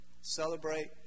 celebrate